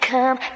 Come